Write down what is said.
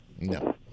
No